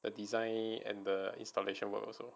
the design and the installation work also